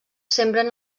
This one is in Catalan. sembren